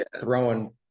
throwing